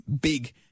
big